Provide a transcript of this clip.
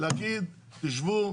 להגיד תשבו,